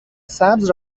سبز